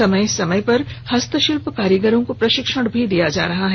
समय समय पर हस्तशिल्प कारीगरों को प्रशिक्षण भी दिया जा रहा है